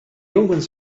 omens